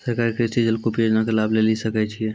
सरकारी कृषि जलकूप योजना के लाभ लेली सकै छिए?